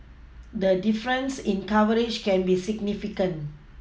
the difference in coverage can be significant